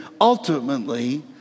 ultimately